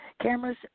cameras